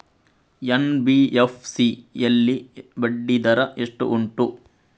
NBFC ಯಲ್ಲಿ ಬಡ್ಡಿ ದರ ಎಷ್ಟು ಉಂಟು?